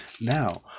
Now